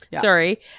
Sorry